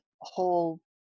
whole